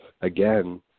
again